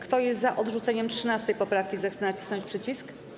Kto jest za odrzuceniem 13. poprawki, zechce nacisnąć przycisk.